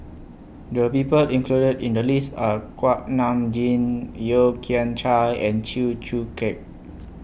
The People included in The list Are Kuak Nam Jin Yeo Kian Chai and Chew Choo Keng